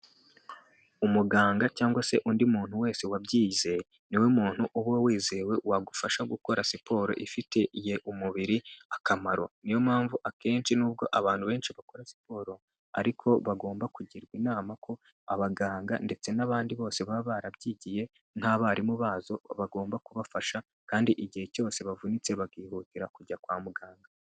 Umuganga cyangwa se undi muntu wese wabyize ni we muntu uba wizewe wagufasha gukora siporo ifitiye umubiri akamaro niyo mpamvu akenshi n'ubwo abantu benshi bakora siporo ariko bagomba kugirwa inama ko abaganga ndetse n'abandi bose baba barabyigiye, nk'abarimu bazo bagomba kubafasha kandi igihe cyose bavunitse bakihutira kujya kwa muganga.